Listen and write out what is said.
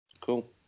Cool